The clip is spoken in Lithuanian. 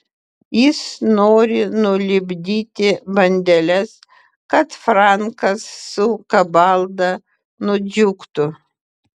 jis nori nulipdyti bandeles kad frankas su kabalda nudžiugtų